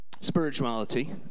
Spirituality